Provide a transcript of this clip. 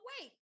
wait